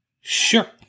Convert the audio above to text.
Sure